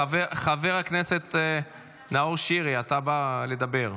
חבר הכנסת נאור שירי, אתה בא לדבר.